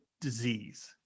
disease